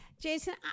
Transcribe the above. Jason